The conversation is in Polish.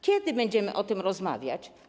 Kiedy będziemy o tym rozmawiać?